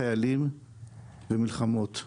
חיילים ומלחמות.